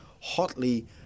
hotly